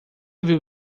viu